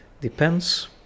depends